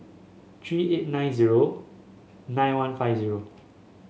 three eight nine zero nine one five zero